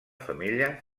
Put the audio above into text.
femella